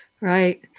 right